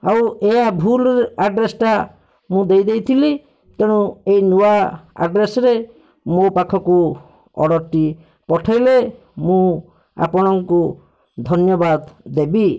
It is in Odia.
ଆଉ ଏହା ଭୁଲ୍ ଆଡ଼୍ରେସ୍ ଟା ମୁଁ ଦେଇଦେଇଥିଲି ତେଣୁ ଏଇ ନୂଆ ଆଡ଼୍ରେସ୍ ରେ ମୋ ପାଖକୁ ଅର୍ଡ଼ର୍ ଟି ପଠେଇଲେ ମୁଁ ଆପଣଙ୍କୁ ଧନ୍ୟବାଦ ଦେବି